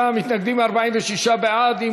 59 מתנגדים, 46 בעד.